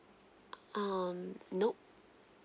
um nope